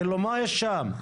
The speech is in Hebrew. מה יש שם?